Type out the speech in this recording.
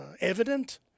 evident